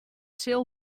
sil